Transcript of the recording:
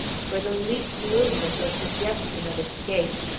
for the least movement or suggestion of escape,